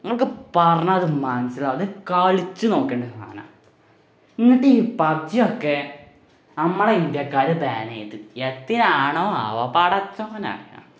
ഇങ്ങൾക്ക് പറഞ്ഞാലതു മനസ്സിലാവില്ല കളിച്ചു നോക്കണ്ട സാധനാ ഇങ്ങനത്തെ ഈ പബ്ജിയൊക്കെ നമ്മളിന്ത്യക്കാർ ബാൻ ചെയ്തു യത്തീം ആണോ ആവോ പടച്ചവനറിയാം